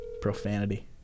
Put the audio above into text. Profanity